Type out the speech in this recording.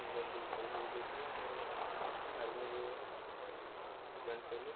ଶରୀର ବି ଭଲ ହେଇଯାଇଥିଲା ଆଉଁ ଆର୍ମିରେ ଜଏନ୍ କଲି